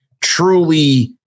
truly